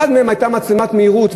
אחד מהם היה מצלמת מהירות,